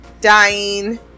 dying